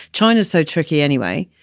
china's so tricky anyway.